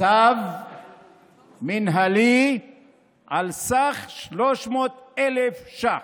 צו מינהלי על סך 300,000 ש"ח.